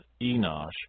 Enosh